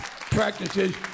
practices